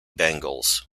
bengals